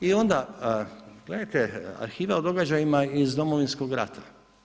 I onda, gledajte, arhiva o događajima iz Domovinskog rata.